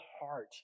heart